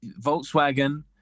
Volkswagen